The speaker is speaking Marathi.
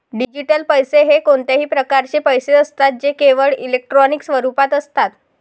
डिजिटल पैसे हे कोणत्याही प्रकारचे पैसे असतात जे केवळ इलेक्ट्रॉनिक स्वरूपात असतात